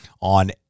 on